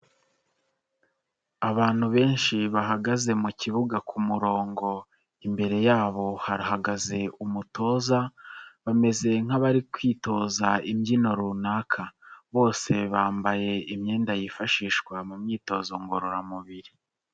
Abantu benshi bahagaze mu kibuga ku murongo. Imbere yabo harahagaze umutoza bameze nk'abari kwitoza imbyino runaka, bose bambaye imyenda yifashishwa mu myitozo ngororamubiri.